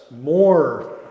more